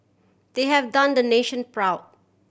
they have done the nation proud